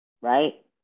Right